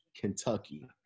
Kentucky